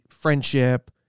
Friendship